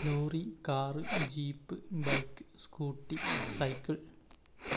lorry car jeep bike scooty cycle